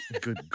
Good